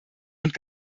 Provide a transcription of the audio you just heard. und